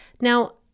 Now